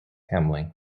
family